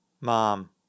Mom